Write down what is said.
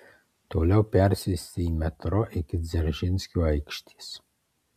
toliau persėsti į metro iki dzeržinskio aikštės